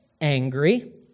angry